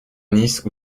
nice